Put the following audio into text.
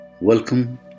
Welcome